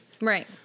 right